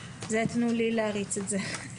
זה תנו לי להריץ את זה.